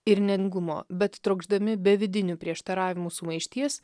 ir nengumo bet trokšdami be vidinių prieštaravimų sumaišties